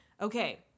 Okay